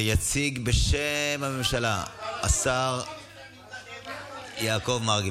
התשפ"ג 2023. יציג בשם הממשלה השר יעקב מרגי,